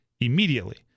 immediately